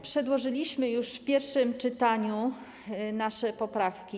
Przedłożyliśmy już w pierwszym czytaniu nasze poprawki.